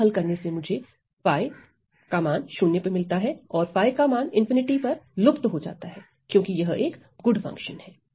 इसको हल करने से मुझे 𝜙 मिलता है और 𝜙 ∞ लुप्त हो जाता है क्योंकि यह एक गुड फंक्शन है